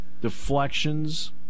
deflections